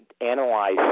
analyze